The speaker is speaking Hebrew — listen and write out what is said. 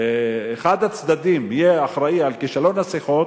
אחד הצדדים יהיה אחראי לכישלון השיחות,